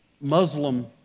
Muslim